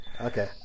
Okay